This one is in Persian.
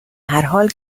هرحال